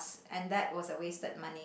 and that was a wasted money